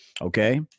Okay